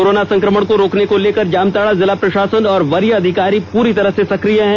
corona संक्रमण को रोकने को लेकर जामताड़ा जिला प्रशासन और वरीय अधिकारी पूरी तरह से सक्रिय हैं